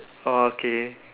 orh okay